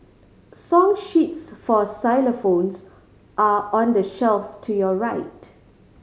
song sheets for xylophones are on the shelf to your right